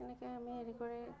সেনেকৈ আমি হেৰি কৰি